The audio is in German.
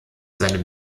seinem